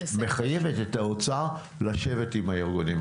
מחייבת את האוצר לשבת עם הארגונים,